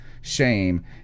shame